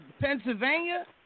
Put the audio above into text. Pennsylvania